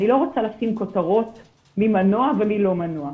אני לא רוצה לשים כותרות מי מנוע ומי לא מנוע.